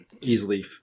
easily